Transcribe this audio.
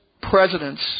presidents